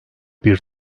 bir